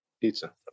Pizza